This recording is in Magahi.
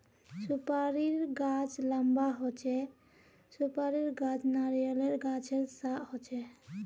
सुपारीर गाछ लंबा होचे, सुपारीर गाछ नारियालेर गाछेर सा होचे